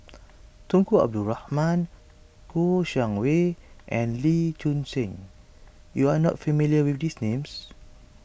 Tunku Abdul Rahman Kouo Shang Wei and Lee Choon Seng you are not familiar with these names